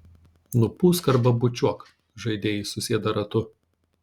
nupūsk arba bučiuok žaidėjai susėda ratu